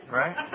right